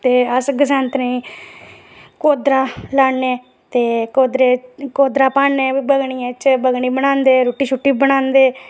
ते अस गसैंतन ई कोदरा लान्ने ते कोदरा पान्ने बगनियै च बगनी बनांदे रुट्टी बनांदे